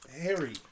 Harry